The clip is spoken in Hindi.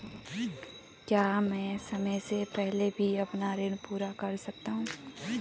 क्या मैं समय से पहले भी अपना ऋण पूरा कर सकता हूँ?